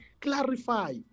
clarify